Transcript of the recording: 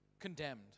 condemned